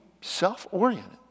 self-oriented